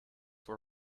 for